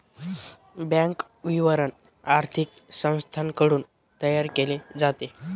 bank विवरण आर्थिक संस्थांकडून तयार केले जाते